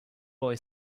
boy